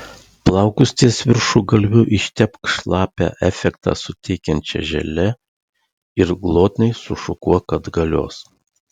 plaukus ties viršugalviu ištepk šlapią efektą suteikiančia želė ir glotniai sušukuok atgalios